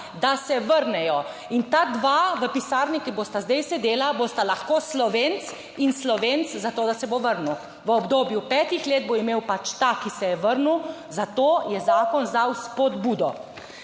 da se vrnejo in ta dva v pisarni, ki bosta zdaj sedela, bosta lahko Slovenec in Slovenec zato, da se bo vrnil, v obdobju petih let bo imel pač ta, ki se je vrnil, zato je zakon dal spodbudo.